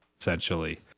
essentially